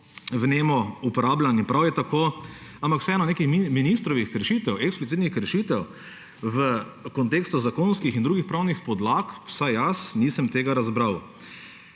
vnemo uporabljan in prav je tako, ampak vseeno nekih ministrovih kršitev, eksplicitnih kršitev v kontekstu zakonskih in drugih pravnih podlag, vsaj jaz, nisem razbral.